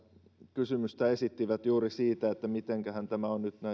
kysymyksen esittivät juuri siitä mitenkähän tämä on nyt